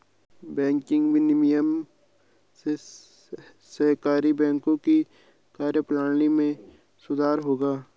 banking विनियमन से सहकारी बैंकों की कार्यप्रणाली में सुधार होगा